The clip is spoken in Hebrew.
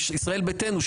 ישראל ביתנו,